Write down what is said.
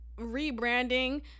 rebranding